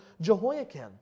Jehoiakim